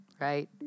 right